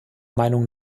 meinung